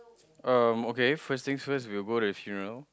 um okay first things first we will go the funeral